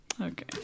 Okay